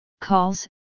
calls